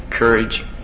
courage